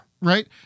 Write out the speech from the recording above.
Right